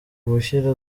gushyira